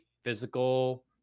physical